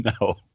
No